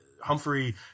Humphrey